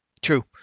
True